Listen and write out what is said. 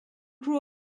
grew